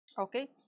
okay